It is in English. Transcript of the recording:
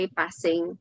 passing